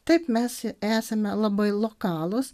taip mes esame labai lokalūs